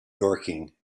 dorking